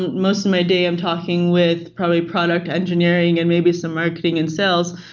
most of my day, i'm talking with probably product engineering and maybe some marketing and sales.